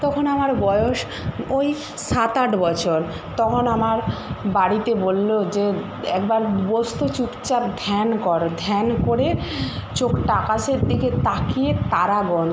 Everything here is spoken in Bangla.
তখন আমার বয়স ওই সাত আট বছর তখন আমার বাড়িতে বলল যে একবার বস তো চুপচাপ ধ্যান কর ধ্যান করে চোখটা আকাশের দিকে তাকিয়ে তারা গোন